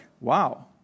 wow